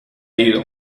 ido